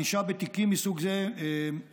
הענישה בתיקים מסוג זה נקבעת,